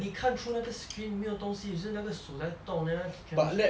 你看 through 那个 screen 没有东西只是那个手在动 then 那个 chemistry